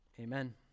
Amen